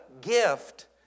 gift